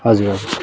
हजुर हजुर